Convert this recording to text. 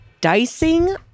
Dicing